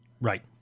Right